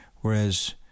whereas